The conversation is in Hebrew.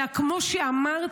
אלא כמו שאמרת,